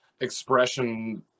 expression